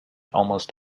almost